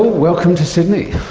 welcome to sydney.